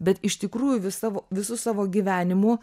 bet iš tikrųjų vis savo visu savo gyvenimu